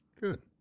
Good